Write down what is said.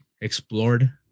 explored